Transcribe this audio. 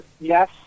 yes